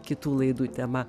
kitų laidų tema